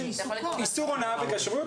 איסור הונאה בכשרות.